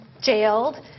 jailed